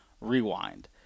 Rewind